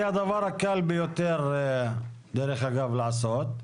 זה הדבר הקל ביותר דרך אגב לעשות,